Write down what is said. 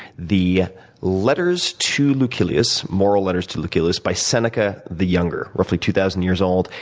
the letters to lucilius, moral letters to lucilius, by seneca the younger roughly two thousand years old.